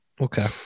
Okay